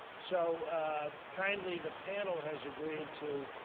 so kindly the panel has agreed to